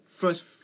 first